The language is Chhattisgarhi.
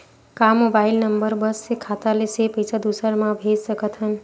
का मोबाइल नंबर बस से खाता से पईसा दूसरा मा भेज सकथन?